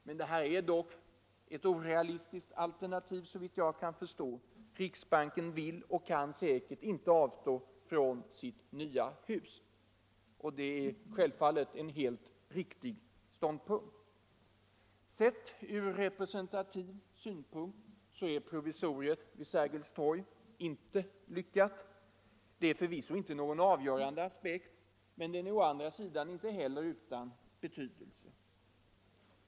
Men det är dock såvitt jag kan förstå ett orealistiskt alternativ. Riksbanken vill inte och kan säkert inte avstå från sitt nya hus. Det är självfallet en helt riktig ståndpunkt. Sett ur representativ synpunkt är provisoriet vid Sergels torg inte lyckat. Detta är förvisso inte en avgörande aspekt, men den är å andra sidan inte utan betydelse.